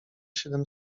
siedem